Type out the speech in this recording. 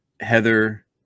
Heather